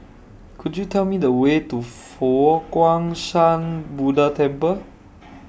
Could YOU Tell Me The Way to Fo Guang Shan Buddha Temple